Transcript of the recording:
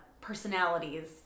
personalities